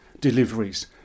deliveries